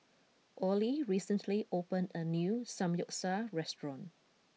Ollie recently opened a new Samgeyopsal restaurant